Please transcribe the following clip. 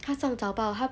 她上早报她